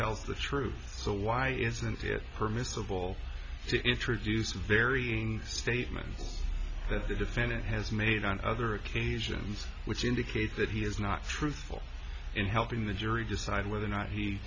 l the truth so why isn't it permissible to introduce a very statement that the defendant has made on other occasions which indicate that he is not truthful in helping the jury decide whether or not he